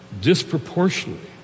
disproportionately